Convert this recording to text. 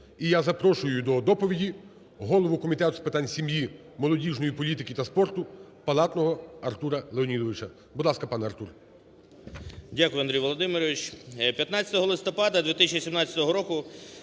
І я запрошую до доповіді голову Комітету з питань сім'ї, молодіжної політики та спорту Палатного Артура Леонідовича. Будь ласка, пане Артур.